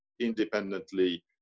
independently